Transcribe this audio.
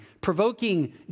provoking